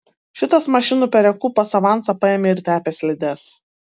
šitas mašinų perekūpas avansą paėmė ir tepė slides